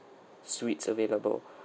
suites available